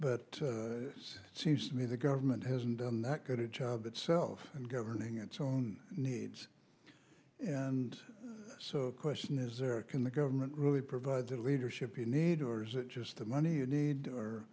but seems to me the government hasn't done that good a child itself and governing its own needs and so the question is are can the government really provide the leadership you need or is it just the money you need or